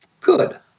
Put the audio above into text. Good